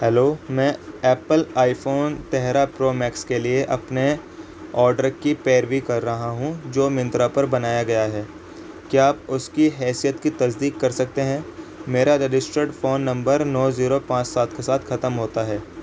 hello میں Apple iPhone تہرا pro max کے لیے اپنے آرڈر کی پیروی کر رہا ہوں جو منترا پر بنایا گیا ہے کیا آپ اس کی حیثیت کی تصدیق کر سکتے ہیں میرا رجسٹرڈ فون نمبر نو زیرو پانچ سات کے ساتھ ختم ہوتا ہے